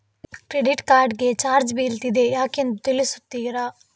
Credit card ಗೆ charge ಬೀಳ್ತಿದೆ ಯಾಕೆಂದು ತಿಳಿಸುತ್ತೀರಾ?